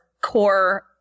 core